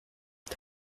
est